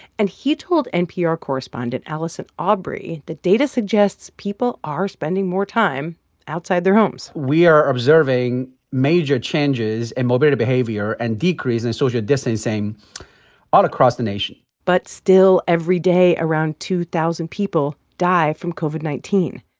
and he told npr correspondent allison aubrey that data suggests people are spending more time outside their homes we are observing major changes in mobility behavior and decrease in social distancing all across the nation but still, every day, around two thousand people die from covid nineteen,